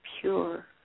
pure